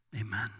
Amen